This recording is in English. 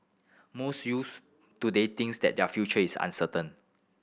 most youths today thinks that their future is uncertain